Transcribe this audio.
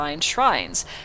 Shrines